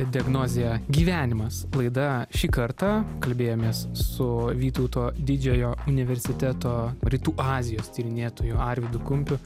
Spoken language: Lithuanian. diagnozė gyvenimas laida šį kartą kalbėjomės su vytauto didžiojo universiteto rytų azijos tyrinėtoju arvydu kumpiu